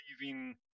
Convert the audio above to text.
leaving